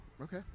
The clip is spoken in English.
Okay